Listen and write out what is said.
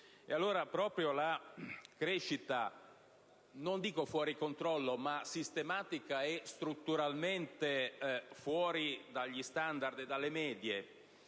ma sistematica, e strutturalmente fuori dagli standard e dalle medie